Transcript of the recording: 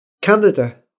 Canada